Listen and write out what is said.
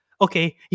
okay